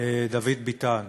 דוד ביטן.